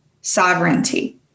sovereignty